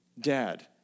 Dad